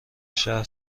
شهر